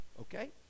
okay